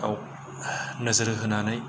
नोजोर होनानै